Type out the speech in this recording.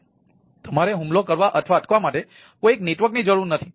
તેથી તમારે હુમલો કરવા અથવા અટકાવવા માટે કોઈ એક નેટવર્કની જરૂર નથી